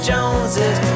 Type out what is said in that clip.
Joneses